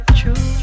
true